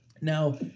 Now